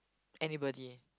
anybody